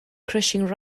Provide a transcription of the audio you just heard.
crushing